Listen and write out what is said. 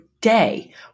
day